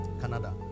Canada